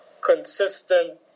consistent